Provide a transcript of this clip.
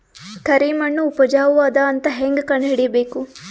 ಕರಿಮಣ್ಣು ಉಪಜಾವು ಅದ ಅಂತ ಹೇಂಗ ಕಂಡುಹಿಡಿಬೇಕು?